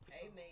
Amen